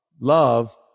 Love